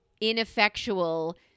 ineffectual